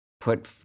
put